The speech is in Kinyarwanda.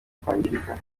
kwangirika